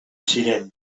ziren